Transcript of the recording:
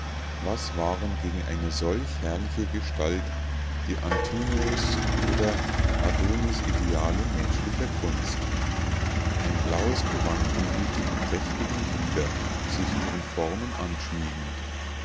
was waren gegen eine solch herrliche gestalt die antinous oder adonisideale menschlicher kunst ein blaues gewand umhüllte die prächtigen glieder sich ihren formen anschmiegend